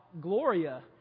Gloria